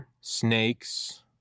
snakes